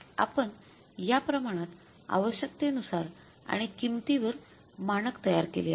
आपण या प्रमाणात आवश्यकतेनुसार आणि किंमतीवर मानक तयार केले आहे